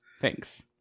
Thanks